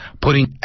putting